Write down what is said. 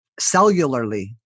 Cellularly